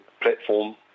platform